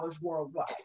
worldwide